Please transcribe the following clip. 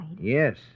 Yes